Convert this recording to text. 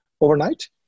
overnight